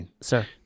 Sir